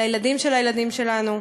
לילדים של הילדים שלנו.